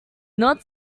not